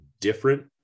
different